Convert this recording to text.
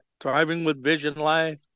ThrivingWithVisionLife